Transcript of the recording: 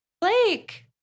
Blake